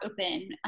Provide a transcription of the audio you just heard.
open